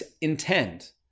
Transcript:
intend